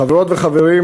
חברות וחברים,